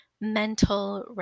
mental